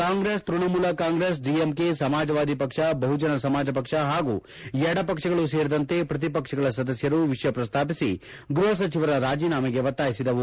ಕಾಂಗ್ರೆಸ್ ತ್ಲಣಮೂಲ ಕಾಂಗ್ರೆಸ್ ಡಿಎಂಕೆ ಸಮಾಜವಾದಿ ಪಕ್ಷ ಬಹುಜನ ಸಮಾಜ ಪಕ್ಷ ಹಾಗೂ ಎಡಪಕ್ಷಗಳು ಸೇರಿದಂತೆ ಪ್ರತಿಪಕ್ಷಗಳ ಸದಸ್ಯರು ವಿಷಯ ಪ್ರಸ್ತಾಪಿಸಿ ಗೃಹ ಸಚಿವರ ರಾಜೀನಾಮೆಗೆ ಒತ್ತಾಯಿಸಿದರು